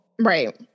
Right